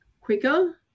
quicker